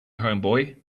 homeboy